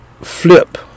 flip